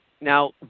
Now